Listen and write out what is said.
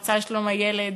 המועצה לשלום הילד.